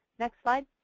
next slide.